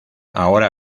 ahora